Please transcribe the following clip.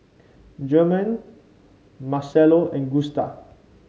German Marcelo and Gusta